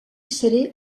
seré